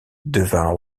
devint